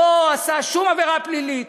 לא עשה שום עבירה פלילית,